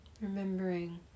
Remembering